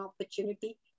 opportunity